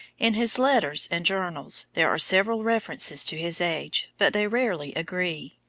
in his letters and journals there are several references to his age, but they rarely agree.